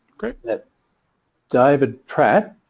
that david pratt